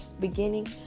beginning